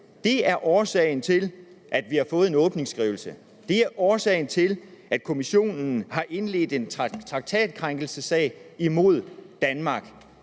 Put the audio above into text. Det er årsagen til, at vi har fået en åbningsskrivelse. Det er årsagen til, at Kommissionen har indledt en traktatkrænkelsessag imod Danmark.